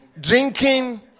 drinking